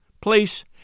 Place